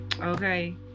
Okay